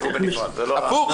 הפוך,